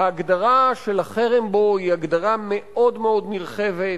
ההגדרה של החרם בו היא הגדרה מאוד מאוד נרחבת,